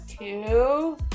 Two